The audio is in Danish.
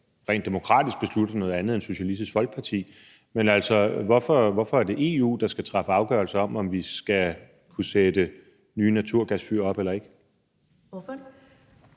rent demokratisk beslutter noget andet end Socialistisk Folkeparti? Men altså, hvorfor er det EU, der skal træffe afgørelser om, om vi skal kunne sætte nye naturgasfyr op eller ikke? Kl.